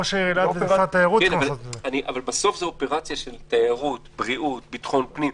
זה אופרציה של תיירות, בריאות, ביטחון פנים.